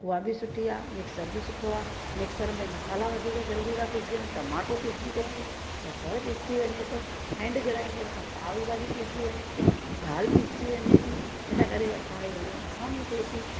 उहा बि सुठी आहे मिक्सर बि सुठो आहे मिक्सर में मसाला वधीक जल्दी था पीसिजी वञनि टमाटो पीसिजी थो वञे बसरु पीसिजी वञे थो हैंड ग्राइंडर सां साई भाॼी पीसिजी वञे थी दालि पीसिजी वञे थी इनकरे असांखे घणी आसानी थिए थी